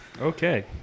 Okay